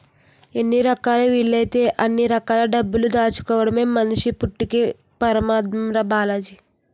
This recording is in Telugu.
ఎన్ని రకాలా వీలైతే అన్ని రకాల డబ్బులు దాచుకోడమే మనిషి పుట్టక్కి పరమాద్దం రా బాలాజీ